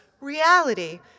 reality